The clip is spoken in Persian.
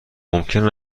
ممکن